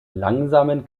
langsamen